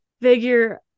figure